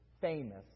famous